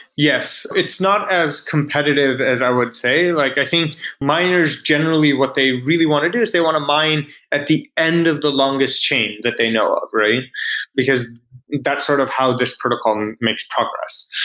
yes. it's not as competitive as i would say. like i think miners generally what they really want to do is they want to mine at the end of the longest chain that they know of, because that's sort of how this protocol makes progress.